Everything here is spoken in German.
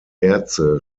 erze